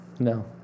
No